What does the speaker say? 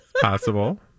Possible